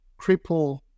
cripple